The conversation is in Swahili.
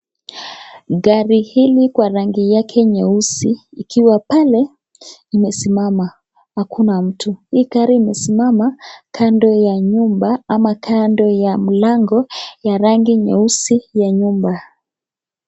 Gari hili kwa rangi yake nyeusi ikiwa pale imesimama. Hakuna mtu. Hii gari imesimama kando ya nyumba ama kando ya mlango ya rangi nyeusi ya nyumba.